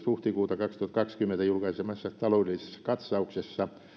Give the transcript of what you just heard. huhtikuuta kaksituhattakaksikymmentä julkaisemassa taloudellisessa katsauksessa